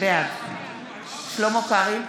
בעד שלמה קרעי,